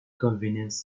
convenience